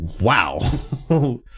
Wow